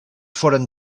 foren